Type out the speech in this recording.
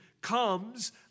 comes